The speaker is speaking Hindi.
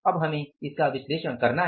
अब हमें इसका विश्लेषण करना है